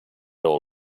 all